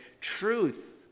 truth